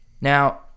Now